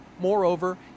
Moreover